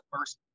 first